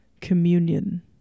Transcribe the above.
Communion